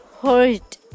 hurt